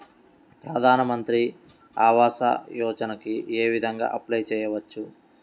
ప్రధాన మంత్రి ఆవాసయోజనకి ఏ విధంగా అప్లే చెయ్యవచ్చు?